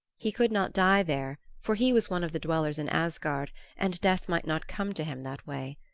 he could not die there, for he was one of the dwellers in asgard and death might not come to him that way.